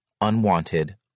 unwanted